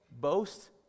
boast